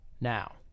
Now